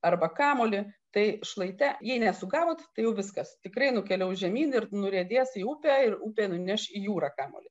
arba kamuolį tai šlaite jei nesugavot tai viskas tikrai nukeliaus žemyn ir nuriedės į upę ir upė nuneš į jūra kamuolį